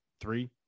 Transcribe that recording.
Three